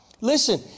Listen